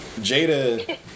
Jada